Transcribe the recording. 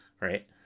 right